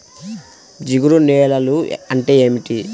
జిగురు నేలలు అంటే ఏమిటీ?